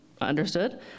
understood